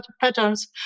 patterns